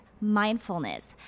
mindfulness